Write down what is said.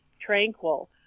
tranquil